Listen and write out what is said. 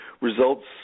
Results